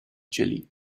jelly